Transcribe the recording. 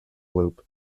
loop